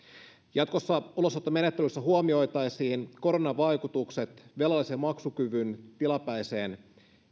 jatkossa ulosottomenettelyssä huomioitaisiin koronan vaikutukset velallisen maksukyvyn tilapäiseen